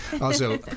Also-